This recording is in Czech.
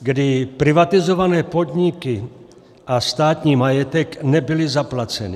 kdy privatizované podniky a státní majetek nebyly zaplaceny.